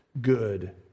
good